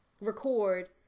record